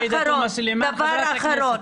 דבר אחרון